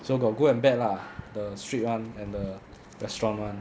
so got good and bad lah the street [one] and the restaurant [one]